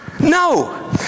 No